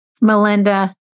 Melinda